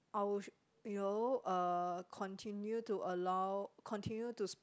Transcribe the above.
our you know uh continue to allow continue to